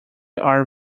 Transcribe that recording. are